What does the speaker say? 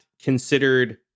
considered